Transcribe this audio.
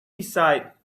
decide